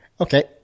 Okay